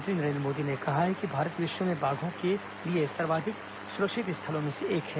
प्रधानमंत्री नरेन्द्र मोदी ने कहा है कि भारत विश्व में बाघों के लिए सर्वाधिक सुरक्षित स्थलों में से एक है